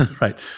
right